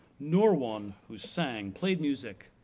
nor one who sang, played music,